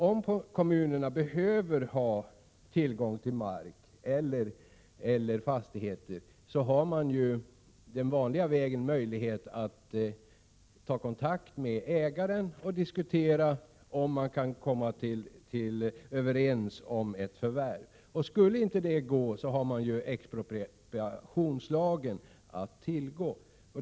Om kommunerna behöver tillgång till mark eller fastigheter har de möjlighet att den vanliga vägen ta kontakt med ägaren och diskutera om de kan komma överens om ett fövärv. Skulle det inte gå finns expropriationslagen att tillgå.